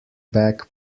back